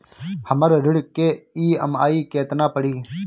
हमर ऋण के ई.एम.आई केतना पड़ी?